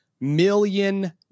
million